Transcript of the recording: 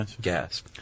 gas